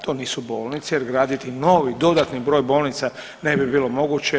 To nisu bolnice jer graditi novi dodatni broj bolnica ne bi bilo moguće.